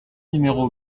numéro